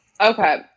Okay